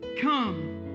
come